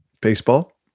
baseball